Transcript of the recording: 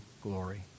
glory